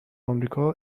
آمریکا